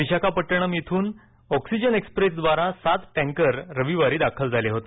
विशाखापटणम येथून ऑक्सिजन एक्सप्रेसद्वारा सात टँकर रविवारी दाखल झाले होते